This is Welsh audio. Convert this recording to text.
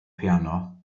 piano